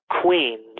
queens